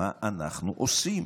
מה אנחנו עושים?